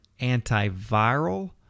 antiviral